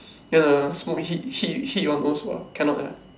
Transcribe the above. then the smoke hit hit hit your nose !wah! cannot ah